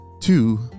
two